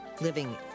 Living